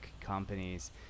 companies